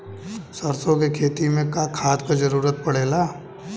सरसो के खेती में का खाद क जरूरत पड़ेला?